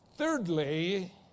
Thirdly